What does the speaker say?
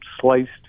sliced